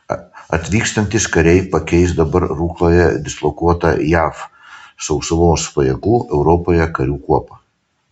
atvykstantys kariai pakeis dabar rukloje dislokuotą jav sausumos pajėgų europoje karių kuopą